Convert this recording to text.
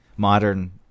modern